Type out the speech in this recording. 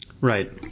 Right